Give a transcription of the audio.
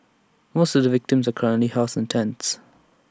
most of the victims currently housed in tents